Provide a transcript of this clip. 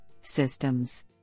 systems